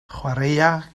chwaraea